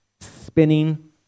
spinning